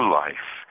life